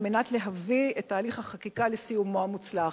על מנת להביא את תהליך החקיקה לסיומו המוצלח,